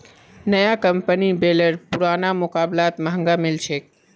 नया कंपनीर बेलर पुरना मुकाबलात महंगा मिल छेक